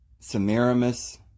Samiramis